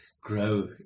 grow